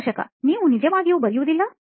ಸಂದರ್ಶಕ ನೀವು ನಿಜವಾಗಿಯೂ ಬರೆಯುವುದಿಲ್ಲ